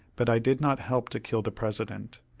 but i did not help to kill the president.